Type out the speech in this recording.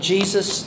Jesus